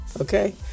okay